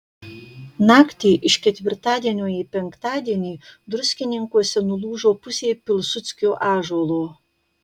naktį iš ketvirtadienio į penktadienį druskininkuose nulūžo pusė pilsudskio ąžuolo